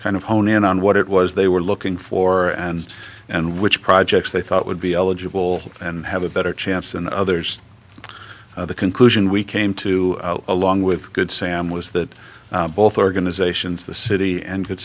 kind of hone in on what it was they were looking for and and which projects they thought would be eligible and have a better chance than others the conclusion we came to along with good sam was that both organizations the city and good